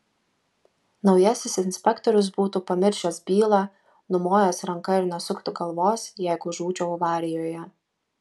naujasis inspektorius būtų pamiršęs bylą numojęs ranka ir nesuktų galvos jeigu žūčiau avarijoje